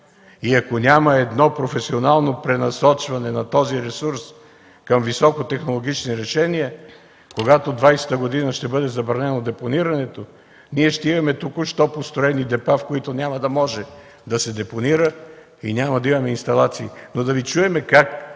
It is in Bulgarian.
Ако няма професионално пренасочване на този ресурс към високотехнологични решения, когато през 2020 г. ще бъде забранено депонирането, ние ще имаме току-що построени депа, в които няма да може да се депонира и няма да имаме инсталации.